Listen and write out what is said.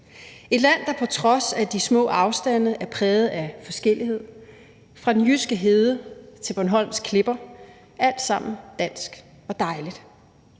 et land, der på trods af de små afstande er præget af forskellighed fra den jyske hede til Bornholms klipper – alt sammen dansk og dejligt.